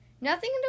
Nothing